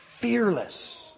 Fearless